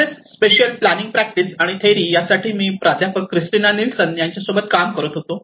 तसेच spatial planning practice and theory यासाठी मी प्राध्यापक क्रिस्टीना निल्सन यांच्याबरोबर काम करत होतो